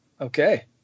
Okay